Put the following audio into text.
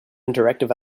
interactive